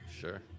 sure